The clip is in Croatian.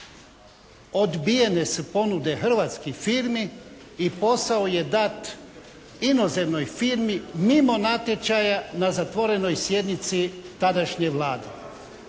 odbijene su ponude hrvatskih firmi i posao je dat inozemnoj firmi mimo natječaja na zatvorenoj sjednici tadašnje Vlade.